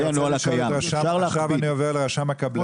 אני עובר עכשיו לרשם הקבלנים,